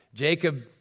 Jacob